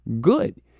good